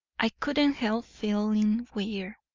i couldn't help feeling queer.